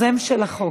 יוזמי הצעת החוק.